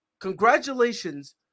congratulations